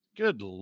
Good